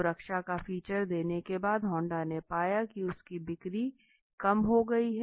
सुरक्षा का फीचर देने के बाद होंडा ने पाया की उनकी बिक्री काम हो गई है